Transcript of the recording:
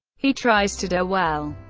he tries to do well.